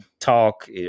talk